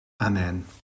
Amen